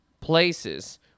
places